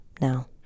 now